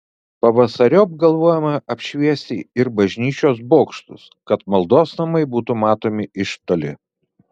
pavasariop galvojama apšviesti ir bažnyčios bokštus kad maldos namai būtų matomi iš toli